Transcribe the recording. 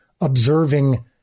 observing